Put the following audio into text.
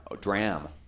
Dram